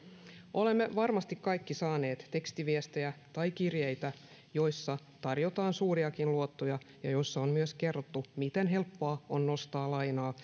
olemme varmasti kaikki saaneet tekstiviestejä tai kirjeitä joissa tarjotaan suuriakin luottoja ja joissa on myös kerrottu miten helppoa on nostaa lainaa